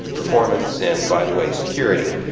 performance, and, by the way, security,